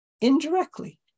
indirectly